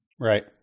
Right